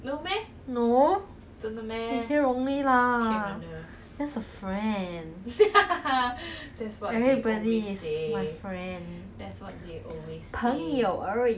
朋友 lah love life